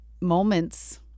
moments